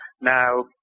Now